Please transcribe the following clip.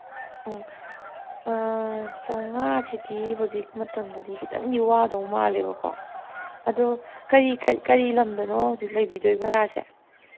ꯑꯣ ꯆꯧꯉꯥꯁꯤꯗꯤ ꯍꯧꯖꯤꯛ ꯃꯇꯝꯗꯗꯤ ꯈꯤꯇꯪꯗꯤ ꯋꯥꯗꯧ ꯃꯥꯜꯂꯦꯕꯀꯣ ꯑꯗꯣ ꯀꯔꯤ ꯂꯝꯗꯅꯣ ꯍꯧꯖꯤꯛ ꯂꯩꯕꯤꯗꯣꯏ ꯚꯔꯥꯁꯦ